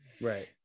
Right